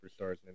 superstars